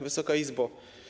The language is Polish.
Wysoka Izbo!